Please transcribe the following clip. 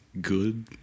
good